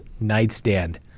nightstand